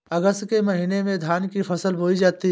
अगस्त के महीने में धान की फसल बोई जाती हैं